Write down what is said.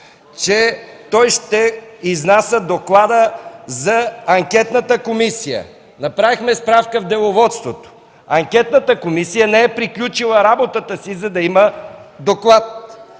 че той ще изнася доклада за анкетната комисия. Направихме справка в Деловодството – анкетната комисия не е приключила работата си, за да има доклад.